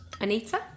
Anita